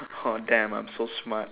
oh damn I'm so smart